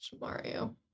Mario